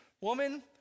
woman